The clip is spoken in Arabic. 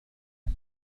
أنت